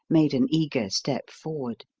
made an eager step forward.